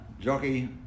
Jockey